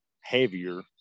heavier